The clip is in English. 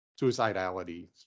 suicidality